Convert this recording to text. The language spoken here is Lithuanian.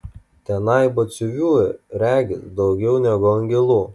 tenai batsiuvių regis daugiau negu angelų